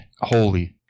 holy